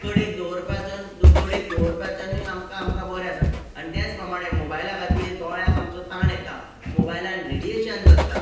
कडेक दवरपाचो आनी कडेक दवरपाच्यानूय आमकां आमकां बरें आसा आनी तेंच प्रमाणे मोबायला खातीर दोळ्याक आमचो ताण येता मोबायलान रेडियेशन्स आसता